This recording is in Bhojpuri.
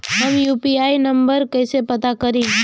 हम यू.पी.आई नंबर कइसे पता करी?